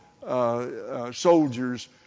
soldiers